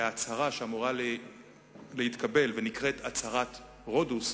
ההצהרה שאמורה להתקבל ונקראת "הצהרת רודוס",